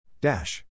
Dash